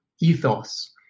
ethos